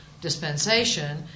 dispensation